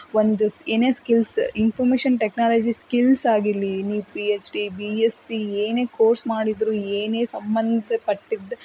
ಒಂದು ಏನೇ skills information technology skills ಆಗಿರಲಿ ನೀವು P H D B S C ಏನೇ ಕೋರ್ಸ್ ಮಾಡಿದರೂ ಏನೇ ಸಂಬಂಧಪಟ್ಟಿದ್ದು